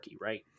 right